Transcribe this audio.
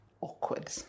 Awkward